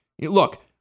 Look